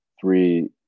three